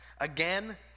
Again